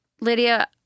Lydia